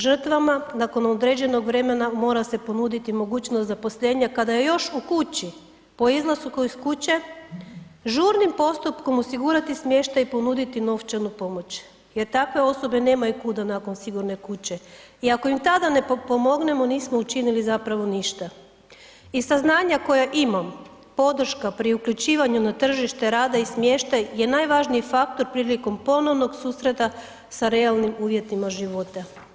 Žrtvama nakon određenog vremena mora se ponuditi mogućnost zaposlenja kada je još u kući, po izlasku iz kuće žurnim postupkom osigurati smještaj i ponuditi novčanu pomoć jer takve osobe nemaju kuda nakon sigurne kuće i ako im tada ne pomognemo, nismo učinili zapravo ništa i saznanja koja imam, podrška pri uključivanju na tržište rada i smještaj je najvažniji faktor prilikom ponovnog susreta sa realnim uvjetima života.